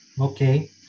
Okay